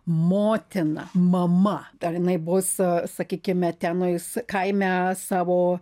motina mama ar jinai bus sakykime tenais kaime savo